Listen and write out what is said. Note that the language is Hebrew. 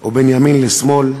או בין ימין לשמאל.